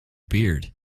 beard